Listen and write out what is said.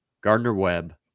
Gardner-Webb